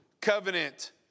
covenant